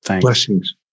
Blessings